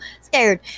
scared